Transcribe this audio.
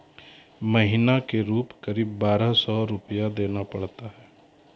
महीना के रूप क़रीब बारह सौ रु देना पड़ता है?